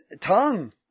tongue